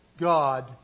God